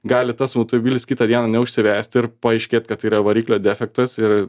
gali tas autoibilis kitą dieną neužsivesti ir paaiškėt kad tai yra variklio defektas ir